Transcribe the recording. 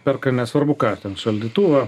perka nesvarbu ką ten šaldytuvą